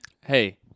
Hey